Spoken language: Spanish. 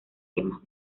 temas